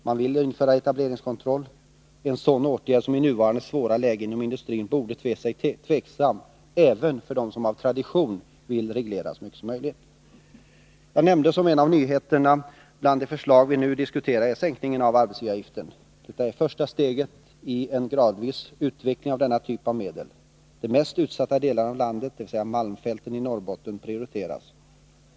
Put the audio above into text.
De vill införa etableringskontroll, en åtgärd som i nuvarande svåra läge inom industrin borde te sig tvivelaktig även för den som av tradition vill reglera så mycket som möjligt. Jag nämnde som en av nyheterna bland de förslag som vi nu diskuterar sänkningen av arbetsgivaravgiften. Detta är det första steget i en gradvis utveckling av denna typ av medel. De mest utsatta delarna av landet, dvs. malmfälten i Norrbotten, prioriteras.